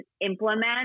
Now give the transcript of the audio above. implement